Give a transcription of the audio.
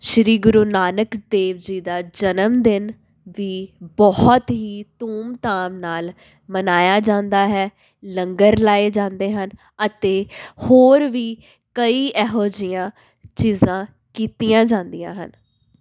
ਸ਼੍ਰੀ ਗੁਰੂ ਨਾਨਕ ਦੇਵ ਜੀ ਦਾ ਜਨਮ ਦਿਨ ਵੀ ਬਹੁਤ ਹੀ ਧੂਮਧਾਮ ਨਾਲ ਮਨਾਇਆ ਜਾਂਦਾ ਹੈ ਲੰਗਰ ਲਾਏ ਜਾਂਦੇ ਹਨ ਅਤੇ ਹੋਰ ਵੀ ਕਈ ਇਹੋ ਜਿਹੀਆਂ ਚੀਜ਼ਾਂ ਕੀਤੀਆਂ ਜਾਂਦੀਆਂ ਹਨ